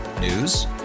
News